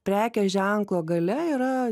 prekės ženklo galia yra